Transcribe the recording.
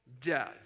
death